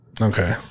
Okay